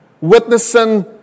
witnessing